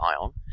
ion